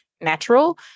natural